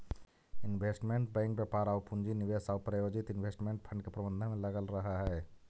investment bank व्यापार आउ पूंजी निवेश आउ प्रायोजित इन्वेस्टमेंट फंड के प्रबंधन में लगल रहऽ हइ